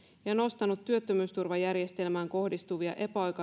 ja nostanut työttömyysturvajärjestelmään kohdistuvia